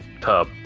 tub